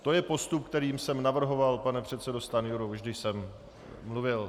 To je postup, který jsem navrhoval, pane předsedo Stanjuro, když jsem mluvil.